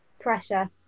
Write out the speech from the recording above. pressure